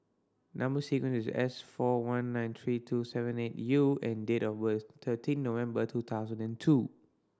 number sequence is S four one nine three two seven eight U and date of birth thirteen November two thousand and two